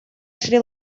шри